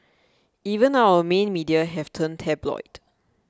even our main media have turned tabloid